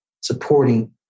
supporting